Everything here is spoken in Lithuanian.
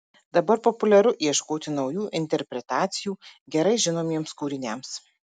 dabar populiaru ieškoti naujų interpretacijų gerai žinomiems kūriniams